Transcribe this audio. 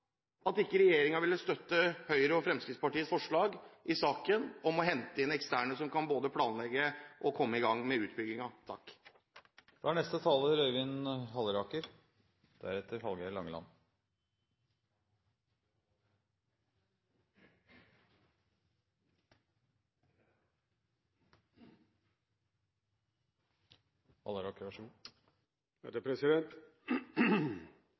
regjeringen ikke ville støtte Høyres og Fremskrittspartiets forslag i saken om å hente inn eksterne som kan både planlegge og komme i gang med utbyggingen. Når vi diskuterer transportpolitikk i denne salen, og når vi har gjort det de senere år, er